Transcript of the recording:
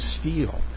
steal